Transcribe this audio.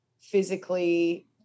physically